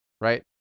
right